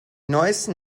neusten